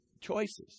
choices